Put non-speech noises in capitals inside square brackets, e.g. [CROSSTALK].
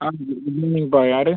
ஆ [UNINTELLIGIBLE] யாரு